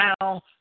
now